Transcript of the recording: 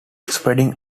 spreading